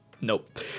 Nope